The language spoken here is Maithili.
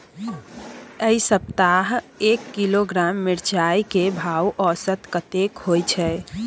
ऐ सप्ताह एक किलोग्राम मिर्चाय के भाव औसत कतेक होय छै?